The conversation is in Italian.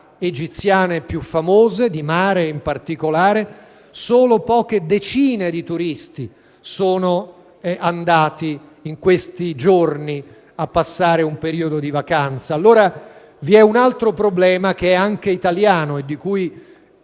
egiziane di mare più famose, solo poche decine di turisti sono andati in questi giorni a passarvi un periodo di vacanza. Vi è un altro problema, che è anche italiano, e di cui